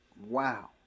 Wow